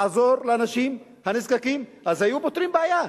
לעזור לאנשים הנזקקים, היו פותרים בעיה.